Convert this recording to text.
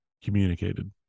communicated